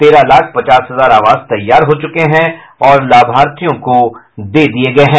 तेरह लाख पचास हजार आवास तैयार हो चुके हैं और लाभार्थियों को दे दिये गये हैं